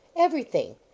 Everything